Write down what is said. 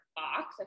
box